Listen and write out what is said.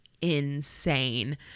insane